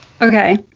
Okay